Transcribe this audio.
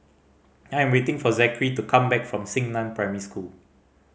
I am waiting for Zackery to come back from Xingnan Primary School